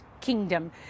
Kingdom